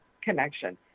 connection